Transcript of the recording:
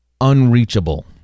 unreachable